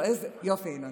יופי, ינון.